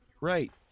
Right